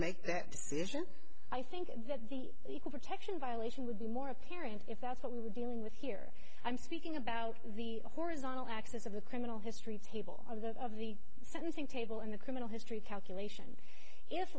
make that decision i think that the equal protection violation would be more apparent if that's what we were dealing with here i'm speaking about the horizontal axis of the criminal history table of the of the sentencing table and the criminal history calculation if